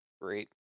Great